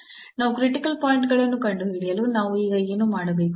ನಾವು critical point ಗಳನ್ನು ಕಂಡುಹಿಡಿಯಲು ನಾವು ಈಗ ಏನು ಮಾಡಬೇಕು